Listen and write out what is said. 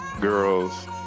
girls